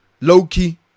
low-key